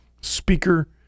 speaker